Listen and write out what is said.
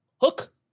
hook